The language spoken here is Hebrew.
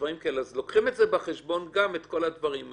מביאים בחשבון את כל הדברים האלה.